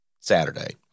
Saturday